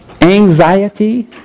Anxiety